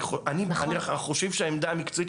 אנחנו חושבים שהעמדה המקצועית,